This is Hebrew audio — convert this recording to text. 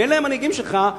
אם אלה המנהיגים שלך,